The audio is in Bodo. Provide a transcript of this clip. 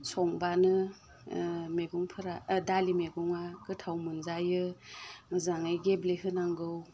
संब्लानो मैगंफोरा दालि मैगङा गोथाव मोनजायो मोजाङै गेब्लेहोनांगौ